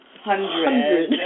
hundred